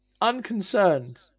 Unconcerned